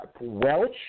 Welch